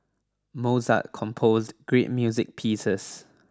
Mozart composed great music pieces